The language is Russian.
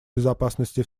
безопасности